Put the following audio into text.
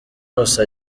hose